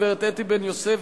הגברת אתי בן-יוסף,